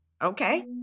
Okay